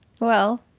well,